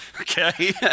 Okay